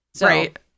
Right